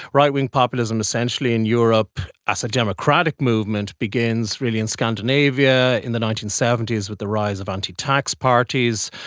right-wing populism essentially in europe as a democratic movement begins really in scandinavia in the nineteen seventy s with the rise of anti-tax parties,